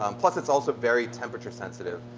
um plus it's also very temperature sensitive.